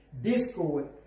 discord